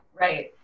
Right